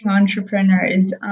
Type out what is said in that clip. entrepreneurs